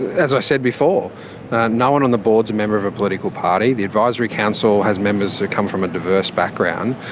as i said before no one on the board is a member of a political party the advisory council has members who come from a diverse background.